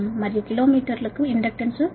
16Ω మరియు kilometre కు inductance 1